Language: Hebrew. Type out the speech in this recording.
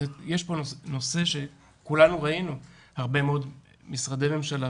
יש פה נושא שכולנו ראינו הרבה מאוד משרדי ממשלה,